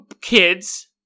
kids